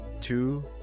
two